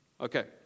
Okay